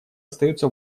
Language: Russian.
остаются